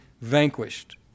vanquished